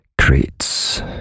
creates